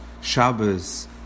Shabbos